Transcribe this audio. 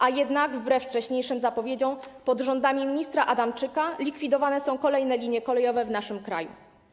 A jednak wbrew wcześniejszym zapowiedziom pod rządami ministra Adamczyka likwidowane są kolejne linie kolejowe w naszym kraju.